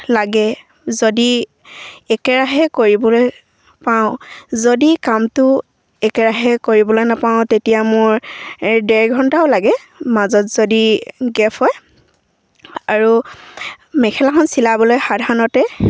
লাগে যদি একেৰাহে কৰিবলৈ পাওঁ যদি কামটো একেৰাহে কৰিবলৈ নাপাওঁ তেতিয়া মোৰ ডেৰ ঘণ্টাও লাগে মাজত যদি গেপ হয় আৰু মেখেলাখন চিলাবলৈ সাধাৰণতে